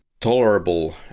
tolerable